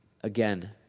Again